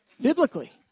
Biblically